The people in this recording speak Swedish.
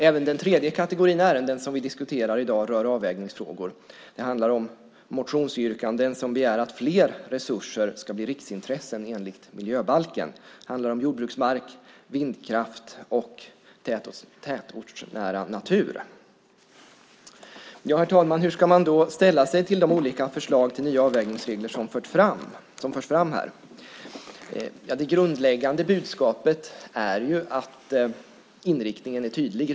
Även den tredje kategorin ärenden som vi diskuterar i dag rör avvägningsfrågor. Det handlar om motionsyrkanden där man begär att fler resurser ska bli riksintressen enligt miljöbalken. Det handlar om jordbruksmark, vindkraft och tätortsnära natur. Herr talman! Hur ska man då ställa sig till de olika förslag till nya avvägningsregler som förs fram här? Det grundläggande budskapet är att inriktningen är tydlig.